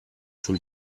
sul